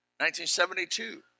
1972